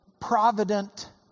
provident